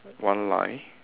one line